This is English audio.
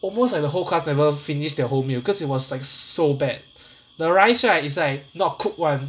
almost like the whole class never finish their whole meal cause it was like so bad the rice right is like not cooked [one]